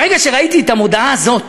ברגע שראיתי את המודעה הזאת,